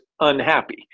unhappy